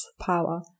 power